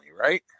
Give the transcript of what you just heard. right